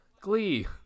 Glee